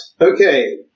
Okay